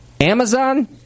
Amazon